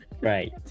Right